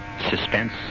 suspense